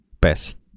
best